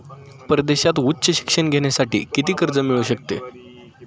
परदेशात उच्च शिक्षण घेण्यासाठी किती कर्ज मिळू शकते?